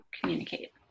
communicate